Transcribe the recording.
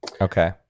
Okay